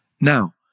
Now